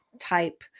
type